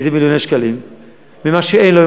כי זה מיליוני שקלים ממה שאין לו,